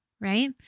right